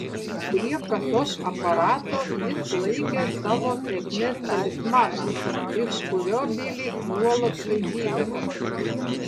prie kasos aparato jis laikė savo sėkmės talismaną iš kurio bilis nuolat šaipydavosi